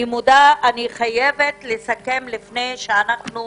אני חייבת לסכם, לפני שאנחנו